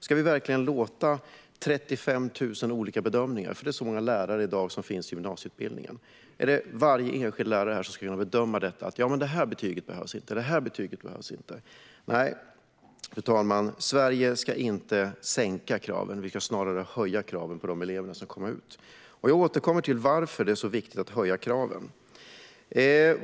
Ska vi verkligen ha 35 000 olika bedömningar - det är så många lärare som i dag finns i gymnasieutbildningen? Är det varje enskild lärare som ska kunna bedöma om ett betyg behövs eller inte? Nej, fru talman, Sverige ska inte sänka kraven. Vi ska snarare höja kraven på de elever som kommer ut. Jag återkommer till varför det är så viktigt att höja kraven.